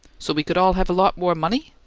so we could all have a lot more money?